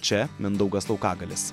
čia mindaugas laukagalis